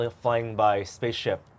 flying-by-spaceship